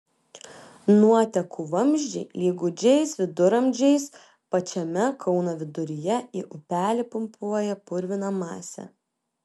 nuotekų vamzdžiai lyg gūdžiais viduramžiais pačiame kauno viduryje į upelį pumpuoja purviną masę